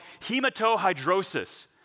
hematohydrosis